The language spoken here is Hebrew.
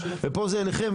ופה זה אליכם,